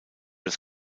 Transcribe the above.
das